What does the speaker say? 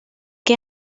que